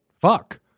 fuck